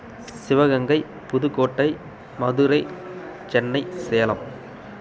Sivaganga Pudukkottai Madurai Chennai Salem